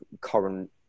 current